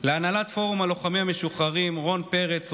להנהלת פורום לוחמים משוחררים רון פרץ,